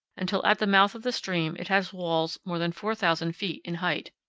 until at the mouth of the stream it has walls more than four thousand feet in height.